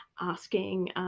asking